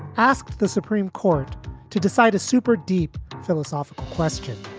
asked the supreme court to decide a super deep philosophical question.